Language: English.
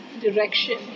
direction